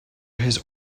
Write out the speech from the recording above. his